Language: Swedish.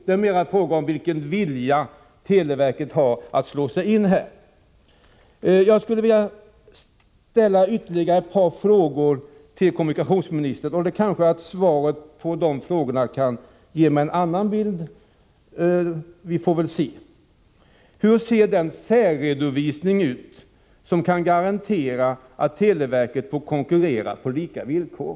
Det är mera en fråga om vilken vilja televerket har att slå sig in på denna marknad. Jag skulle vilja ställa ytterligare några frågor till kommunikationsministern. Kanske svaren på dem kan ge mig en annan bild. Vi får väl se. 1. Hur ser den särredovisning ut som kan garantera att televerket får konkurrera på lika villkor?